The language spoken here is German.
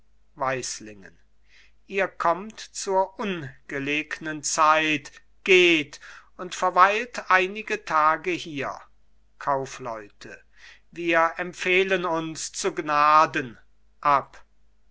weislingen ihr kommt zur ungelegnen zeit geht und verweilt einige tage hier kaufleute wir empfehlen uns zu gnaden